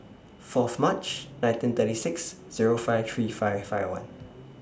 Fourth March nineteen thirty six Zero five three five five one